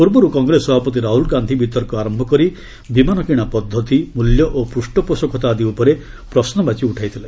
ପୂର୍ବରୁ କଂଗ୍ରେସ ସଭାପତି ରାହୁଳଗାନ୍ଧୀ ବିତର୍କ ଆରମ୍ଭ କରି ବିମାନ କିଣା ପଦ୍ଧତି ମୂଲ୍ୟ ଓ ପୂଷ୍ଠପୋଷକତା ଆଦି ଉପରେ ପ୍ରଶ୍ୱବାଚୀ ଉଠାଇଥିଲେ